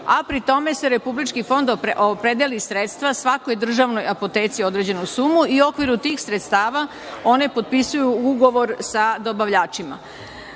a pri tome Republički fond opredeli sredstva, svakoj državnoj apoteci određenu sumu i u okviru tih sredstava one potpisuju ugovor sa dobavljačima.